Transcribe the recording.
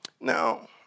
Now